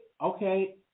Okay